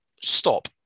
stop